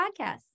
podcast